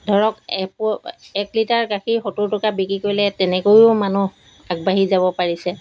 ধৰক এপ এক লিটাৰ গাখীৰ সত্তৰ টকা বিক্ৰী কৰিলে তেনেকৈয়ো মানুহ আগবাঢ়ি যাব পাৰিছে